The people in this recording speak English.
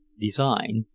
design